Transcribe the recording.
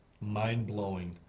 mind-blowing